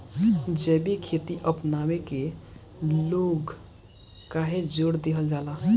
जैविक खेती अपनावे के लोग काहे जोड़ दिहल जाता?